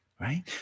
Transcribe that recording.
Right